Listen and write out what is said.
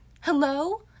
Hello